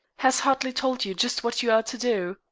has hartley told you just what you are to do?